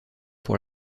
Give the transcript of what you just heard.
pour